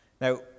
now